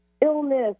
illness